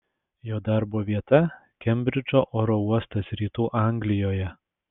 jo darbo vieta kembridžo oro uostas rytų anglijoje